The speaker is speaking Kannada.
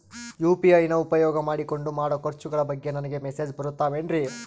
ಯು.ಪಿ.ಐ ನ ಉಪಯೋಗ ಮಾಡಿಕೊಂಡು ಮಾಡೋ ಖರ್ಚುಗಳ ಬಗ್ಗೆ ನನಗೆ ಮೆಸೇಜ್ ಬರುತ್ತಾವೇನ್ರಿ?